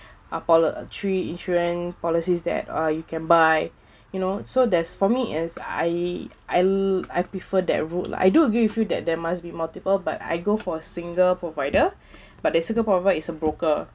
uh pol~ three insurance policies that uh you can buy you know so there's for me as I I I prefer that route I do agree with you that there must be multiple but I go for single provider but that single provider is a broker